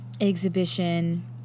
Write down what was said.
exhibition